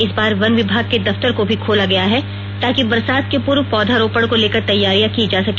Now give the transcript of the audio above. इस बार वन विभाग के दफ्तर को भी खोला गया है ताकि बरसात के पूर्व पौधारोपण को लेकर तैयारियां की जा सके